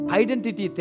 identity